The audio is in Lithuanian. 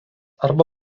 arba